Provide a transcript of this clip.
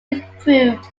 improved